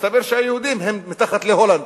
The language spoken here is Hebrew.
מסתבר שהיהודים הם מתחת להולנד,